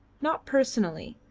not personally,